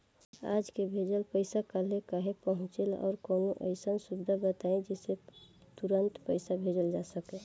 आज के भेजल पैसा कालहे काहे पहुचेला और कौनों अइसन सुविधा बताई जेसे तुरंते पैसा भेजल जा सके?